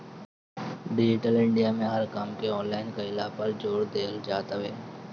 digital India में हर काम के ऑनलाइन कईला पअ जोर देहल जात हवे